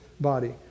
body